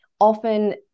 often